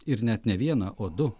ir net ne vieną o du